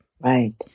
Right